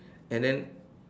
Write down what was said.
and then